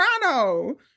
Toronto